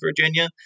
Virginia